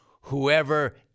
Whoever